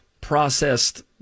processed